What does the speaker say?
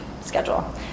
schedule